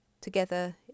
together